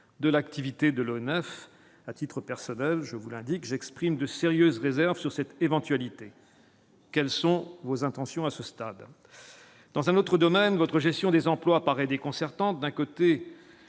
de l'activité de l'eau 9 à titre personnel, je vous l'indique, j'exprime de sérieuses réserves sur cette éventualité, quelles sont vos intentions à ce stade, dans un autre domaine, votre gestion des emplois paraît déconcertante : d'un côté